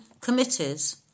committees